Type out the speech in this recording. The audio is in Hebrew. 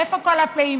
איפה כל הפעימות?